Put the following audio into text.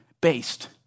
based